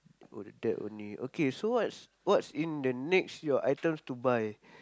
oh like that only okay so what's what's in the next your items to buy